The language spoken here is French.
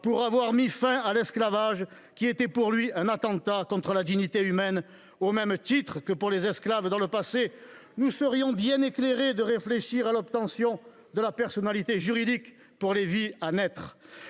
pour avoir mis fin à l’esclavage, qui était pour lui « un attentat contre la dignité humaine ». Au même titre que nous l’avons fait pour les esclaves dans le passé, nous serions bien avisés de réfléchir à l’obtention de la personnalité juridique pour les vies à naître